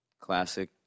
classic